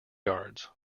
yards